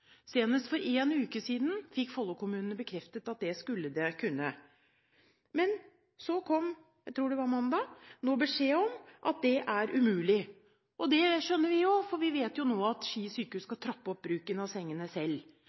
Senest for én uke siden fikk Follo-kommunene bekreftet det. Men mandag, tror jeg det var, kom det beskjed om at det var umulig. Og det skjønner vi, for vi vet nå at Ski sykehus skal trappe opp bruken av sengene selv.